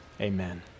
Amen